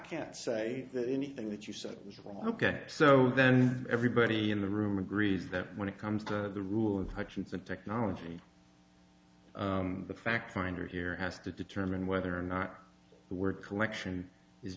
can't say anything that you said ok so then everybody in the room agrees that when it comes to the rule of hutchinson technology the fact finder here has to determine whether or not the word collection is